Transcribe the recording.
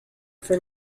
for